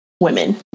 women